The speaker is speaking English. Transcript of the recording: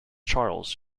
charles